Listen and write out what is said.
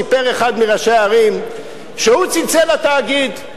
סיפר אחד מראשי הערים שהוא צלצל לתאגיד.